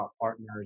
partners